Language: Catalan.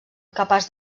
capaç